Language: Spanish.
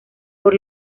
por